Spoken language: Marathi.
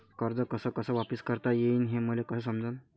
कर्ज कस कस वापिस करता येईन, हे मले कस समजनं?